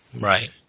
Right